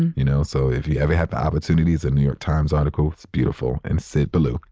you know, so if you ever had the opportunities in new york times article beautiful. and syd baloue.